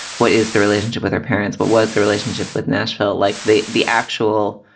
what is the relationship with her parents? what was the relationship with nashville like the the actual.